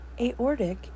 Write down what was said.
Aortic